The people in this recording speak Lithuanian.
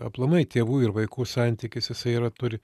aplamai tėvų ir vaikų santykis jisai yra turi